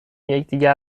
یکدیگر